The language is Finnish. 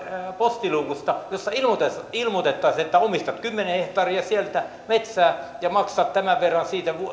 postiluukusta ja siinä ilmoitettaisiin että omistat kymmenen hehtaaria sieltä metsää ja maksat siitä tämän verran